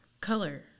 color